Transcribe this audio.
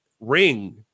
ring